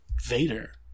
Vader